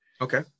Okay